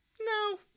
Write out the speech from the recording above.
No